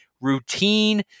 routine